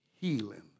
healing